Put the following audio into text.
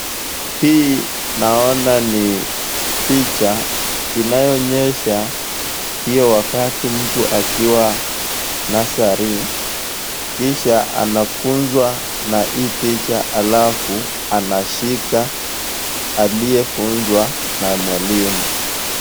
Hii naona ni picha inayoonyesha hiyo wakati mtu akiwa nursery . Kisha anafuzwa na hii picha alafu anashika aliyefunzwa na mwalimu.